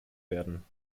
werden